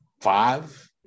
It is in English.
five